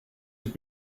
have